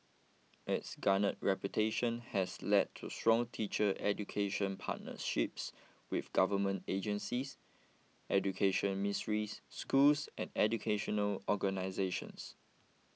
its garnered reputation has led to strong teacher education partnerships with government agencies education ministries schools and educational organisations